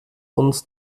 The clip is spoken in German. uns